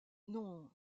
non